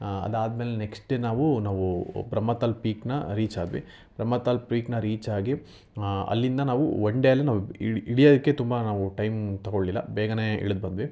ಅದು ಆದ ಮೇಲೆ ನೆಕ್ಸ್ಟ್ ಡೇ ನಾವು ನಾವು ಬ್ರಹ್ಮತಾಲ್ ಪೀಕ್ನ ರೀಚ್ ಆದ್ವಿ ಬ್ರಹ್ಮತಾಲ್ ಪೀಕ್ನ ರೀಚ್ ಆಗಿ ಅಲ್ಲಿಂದ ನಾವು ಒನ್ ಡೇ ಅಲ್ಲಿ ನಾವು ಇಳಿ ಇಳಿಯೋದಕ್ಕೆ ತುಂಬ ನಾವು ಟೈಮ್ ತೊಗೊಳ್ಲಿಲ್ಲ ಬೇಗನೆ ಇಳಿದ್ ಬಂದ್ವಿ